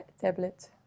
tablet